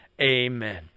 amen